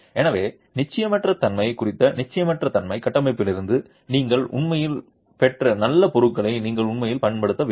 எனவே நிச்சயமற்ற தன்மை குறித்த நிச்சயமற்ற தன்மை கட்டமைப்பிலிருந்து நீங்கள் உண்மையில் பெற்ற நல்ல பொருளை நீங்கள் உண்மையில் பயன்படுத்தவில்லை